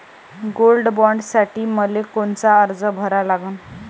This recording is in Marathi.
गोल्ड बॉण्डसाठी मले कोनचा अर्ज भरा लागन?